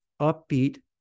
upbeat